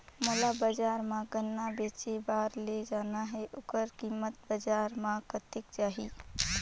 मोला बजार मां गन्ना बेचे बार ले जाना हे ओकर कीमत बजार मां कतेक जाही?